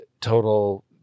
Total